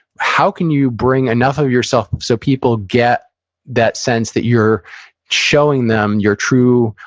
how can you bring enough of yourself, so people get that sense that you're showing them your true,